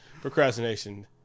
Procrastination